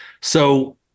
So-